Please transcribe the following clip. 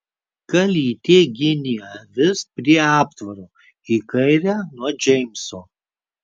kalytė ginė avis prie aptvaro į kairę nuo džeimso